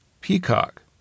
Peacock